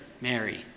Mary